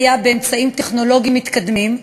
באמצעים טכנולוגיים מתקדמים,